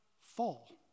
fall